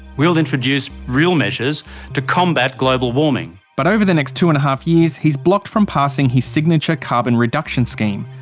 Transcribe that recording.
we'll introduce real measures to combat global warming. but over the next two and a half years he's blocked from passing his signature carbon reduction scheme.